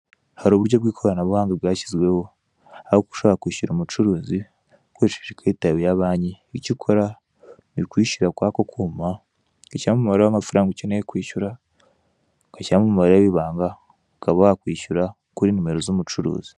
Haruburyo bw'ikoranabuhanga bwashyizweho aho ushobora kwishyura umucuruzi ukoresheje ikarita yawe ya banki, icyo ukora nukuyishyira kwako kuma ugashyiramo umubare w'amafaranga ukeneye kuba wakwishyura ugashyiramo umubare wibanga ukaba wakwishyura kuri nimero z'umucuruzi.